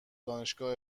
دانشگاه